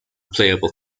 playable